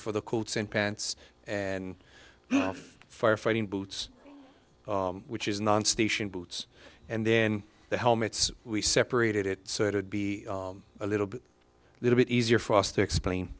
for the colts in pants and firefighting boots which is non station boots and then the helmets we separated it so it'd be a little bit little bit easier for us to explain